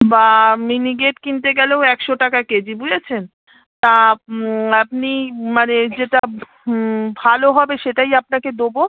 বা মিনিকেট কিনতে গেলেও একশো টাকা কেজি বুঝেছেন তা আপনি মানে যেটা ভালো হবে সেটাই আপনাকে দোবো